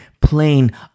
plain